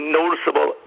noticeable